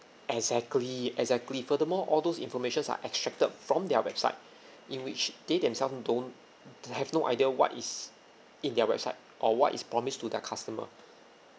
exactly exactly furthermore all those information are extracted from their website in which they themselves don't have no idea what is in their website or what is promised to their customer